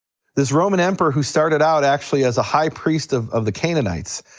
this roman emperor who started out actually as a high priest of of the canaanites,